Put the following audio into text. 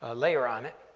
ah layer on it,